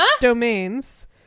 domains